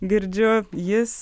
girdžiu jis